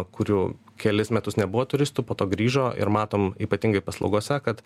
kurių kelis metus nebuvo turistų po to grįžo ir matom ypatingai paslaugose kad